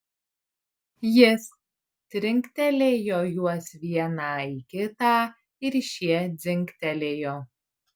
jis trinktelėjo juos vieną į kitą ir šie dzingtelėjo